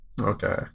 Okay